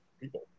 people